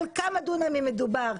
על כמה דונמים מדובר,